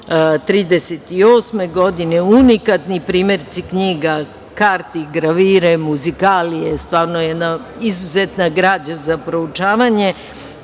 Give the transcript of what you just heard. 1638. godine, unikatni primerci knjiga, karti, gravire, muzikalije, stvarno jedna izuzetna građa za proučavanje.